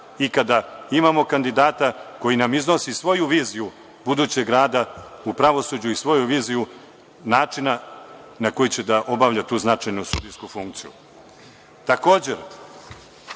i kada imamo kandidata koji nam iznosi svoju viziju budućeg rada u pravosuđu i svoju viziju načina na koji će da obavlja tu značajnu sudijsku funkciju. Dakle,